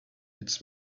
its